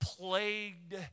plagued